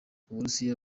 uburusiya